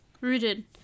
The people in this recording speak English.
rooted